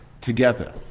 together